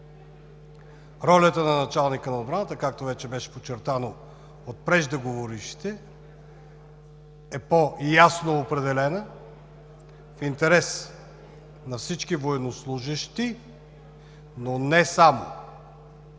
Ролята на Началника на отбраната, както вече беше подчертано от преждеговорившите, е по-ясно определена в интерес на всички военнослужещи, но не само